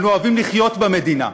אנו אוהבים לחיות במדינה,